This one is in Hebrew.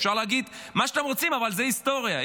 אפשר להגיד מה שאתם רוצים, אבל זו ההיסטוריה.